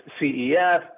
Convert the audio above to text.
CEF